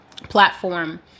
platform